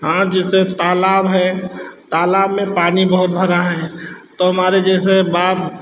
हाँ जिसे तालाब है तालाब में पानी बहुत भरा है तो हमारे जैसे बाब